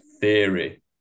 theory